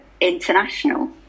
international